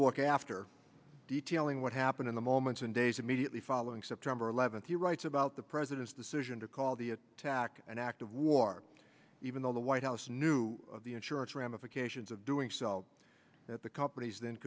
book after detailing what happened in the moments and days immediately following september eleventh he writes about the president's decision to call the attack an act of war even though the white house knew of the insurance ramifications of doing cells that the companies then